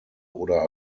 oder